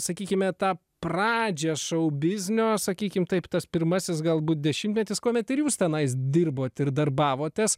sakykime tą pradžią šou biznio sakykim taip tas pirmasis galbūt dešimtmetis kuomet ir jūs tenais dirbot ir darbavotės